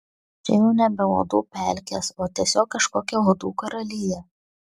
čia jau nebe uodų pelkės o tiesiog kažkokia uodų karalija